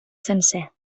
sencer